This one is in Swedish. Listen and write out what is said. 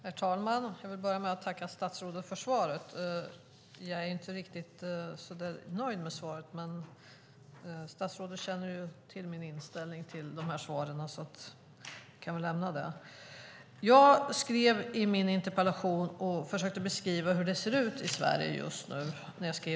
Herr talman! Jag vill börja med att tacka statsrådet för svaret. Jag är inte riktigt nöjd med svaret. Statsrådet känner till min inställning till svaren, så vi kan lämna det. I min interpellation försökte jag beskriva hur det ser ut i Sverige.